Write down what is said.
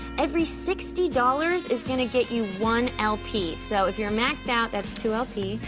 every sixty dollars is gonna get you one lp, so if you're maxed out, that's two lp.